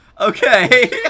Okay